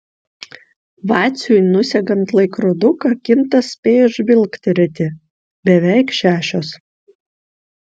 vaciui nusegant laikroduką kintas spėjo žvilgterėti beveik šešios